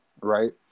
right